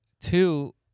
Two